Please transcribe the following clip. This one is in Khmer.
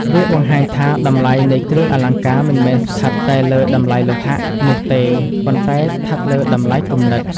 វាបង្ហាញថា តម្លៃនៃគ្រឿងអលង្ការមិនមែនស្ថិតតែលើ "តម្លៃលោហៈ" នោះទេ ប៉ុន្តែស្ថិតលើ "តម្លៃគំនិត"។